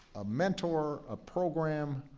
a mentor, a program,